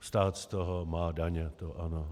Stát z toho má daně, ano.